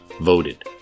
voted